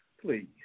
Please